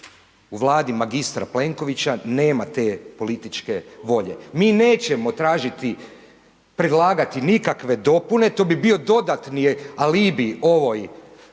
u Vladi mg. Plenkovića nema te političke volje. Mi nećemo tražiti, predlagati nikakve dopune, to bi bio dodatni alibi ovoj